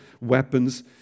weapons